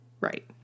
Right